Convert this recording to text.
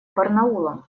барнаулом